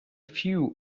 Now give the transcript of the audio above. few